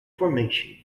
formation